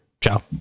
Ciao